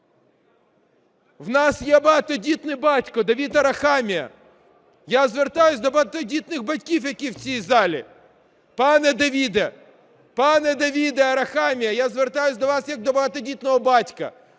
В нас є багатодітний батько Давид Арахамія, я звертаюсь до багатодітних батьків, які в цій залі. Пане Давиде, пане Давиде Арахамія, я звертаюсь до вас як до багатодітного батька,